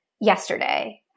yesterday